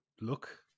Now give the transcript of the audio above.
look